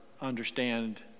understand